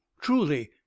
Truly